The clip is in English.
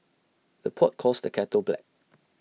the pot calls the kettle black